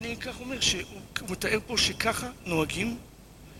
אני כך אומר, הוא תאר פה שככה נוהגים